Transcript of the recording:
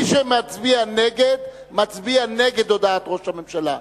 מי שמצביע נגד, מצביע נגד הודעת ראש הממשלה.